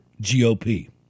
GOP